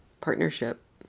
partnership